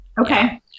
Okay